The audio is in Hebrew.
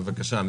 בבקשה.